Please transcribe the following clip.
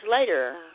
later